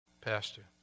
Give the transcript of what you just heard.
Pastor